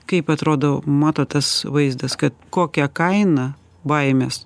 kaip atrodo matot tas vaizdas kad kokia kaina baimės